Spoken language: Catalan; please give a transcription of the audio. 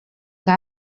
que